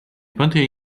twenty